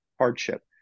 hardship